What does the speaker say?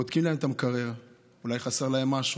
בודקים להם את המקרר, אולי חסר להם משהו.